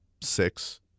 six